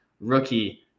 rookie